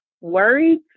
worried